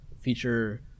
feature